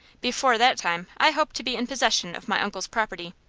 before that time i hope to be in possession of my uncle's property.